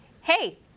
hey